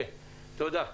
תודה.